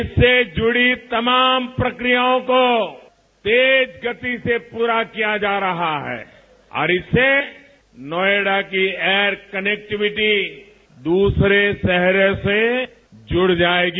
इससे जुड़ी तमाम प्रक्रियाओं को तेज गति से प्ररा किया जा रहा है और इससे नोएडा की एयर कनेक्टिवीटी दूसरे शहर से जुड़ जाएगी